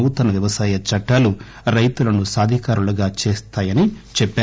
నూతన వ్యవసాయ చట్టాలు రైతులను సాధికారులను చేస్తాయని చెప్పారు